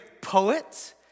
poet